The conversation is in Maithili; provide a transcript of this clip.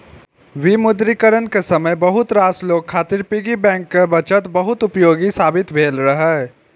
विमुद्रीकरण के समय बहुत रास लोग खातिर पिग्गी बैंक के बचत बहुत उपयोगी साबित भेल रहै